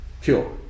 pure